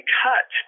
cut